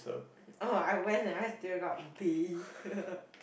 oh I went and I still got B